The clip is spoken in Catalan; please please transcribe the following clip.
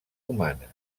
humanes